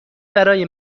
برای